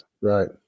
right